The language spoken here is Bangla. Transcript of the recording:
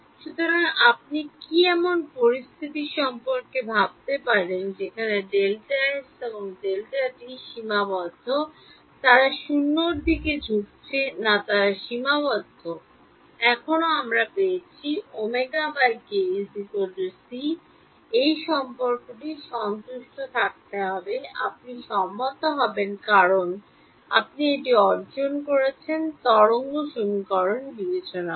সুতরাং আপনি কি এমন পরিস্থিতি সম্পর্কে ভাবতে পারেন যেখানে Δx এবং Δt সীমাবদ্ধ তারা 0 টির দিকে ঝুঁকছেন না তারা সীমাবদ্ধ এখনও আমি পেয়েছি ω k c এই সম্পর্কটি সন্তুষ্ট থাকতে হবে আপনি সম্মত হবেন কারণ আপনি এটি অর্জন করেছেন তরঙ্গ সমীকরণ বিবেচনা করা